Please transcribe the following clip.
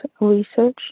research